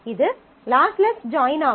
இது lossless join ஆகும்